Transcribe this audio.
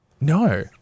No